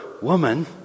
Woman